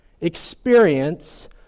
experience